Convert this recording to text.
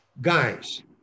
guys